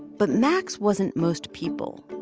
but max wasn't most people.